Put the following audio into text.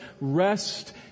rest